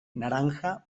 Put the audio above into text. naranja